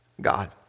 God